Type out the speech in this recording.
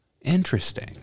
Interesting